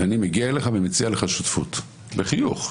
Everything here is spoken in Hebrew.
ואני מגיע אליך ומציע לך שותפות, בחיוך.